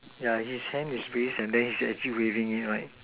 yeah his hands is raised and actually waving it right